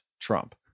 Trump